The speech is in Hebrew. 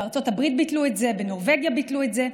בארצות הברית ביטלו את זה, בנורבגיה ביטלו את זה.